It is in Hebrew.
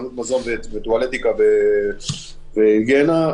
חנות מזון וטואלטיקה והיגיינה.